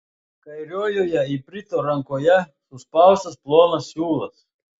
kairiojoje iprito rankoje suspaustas plonas siūlas